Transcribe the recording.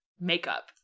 makeup